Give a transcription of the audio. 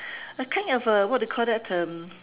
a kind of a what you call that um